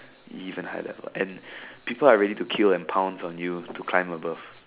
even higher level and people are ready to kill and pounce on you to climb above